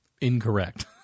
Incorrect